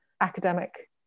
academic